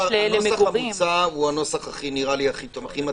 הנוסח המוצע שמופיע פה נראה לי הכי מתאים.